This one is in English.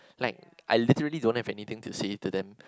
like I literally don't have anything to say to them